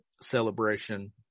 celebration